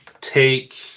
take